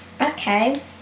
Okay